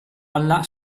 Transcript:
alla